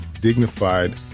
dignified